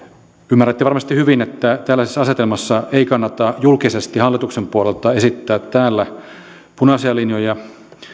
ymmärrätte varmasti hyvin että tällaisessa asetelmassa ei kannata julkisesti hallituksen puolelta esittää täällä punaisia linjoja